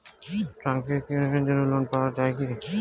ট্রাক্টরের কেনার জন্য লোন পাওয়া যায় কি?